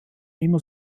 immer